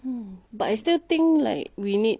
mm but I still think like we need